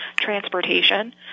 transportation